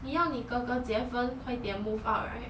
你要你哥哥结婚快点 move out right